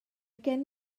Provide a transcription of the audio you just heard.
gen